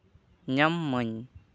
ᱧᱟᱢ ᱢᱟᱹᱧ